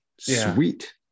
Sweet